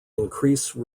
increase